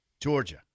Georgia